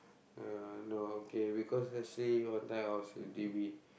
ya no okay because actually one time I was at D_B